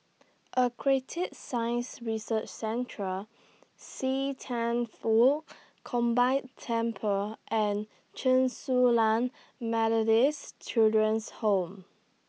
Aquatic Science Research Central See Thian Foh Combined Temple and Chen Su Lan Methodist Children's Home